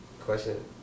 question